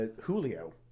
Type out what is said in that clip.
Julio